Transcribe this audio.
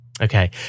Okay